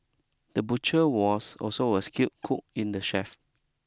the butcher was also a skilled cook in the chef